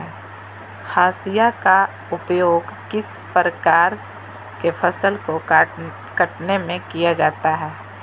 हाशिया का उपयोग किस प्रकार के फसल को कटने में किया जाता है?